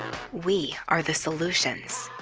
we are the solutions.